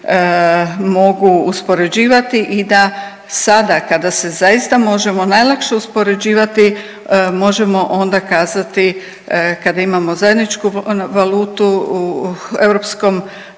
mogu uspoređivati i da sada kada se zaista možemo najlakše uspoređivati možemo onda kazati kada imamo zajedničku valutu u